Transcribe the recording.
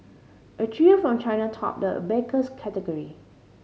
a trio from China topped the abacus category